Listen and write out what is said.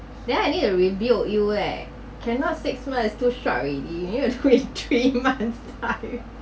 then I need to rebuild you leh cannot stick first too short already need to do you in three months time